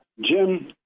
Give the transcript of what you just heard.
Jim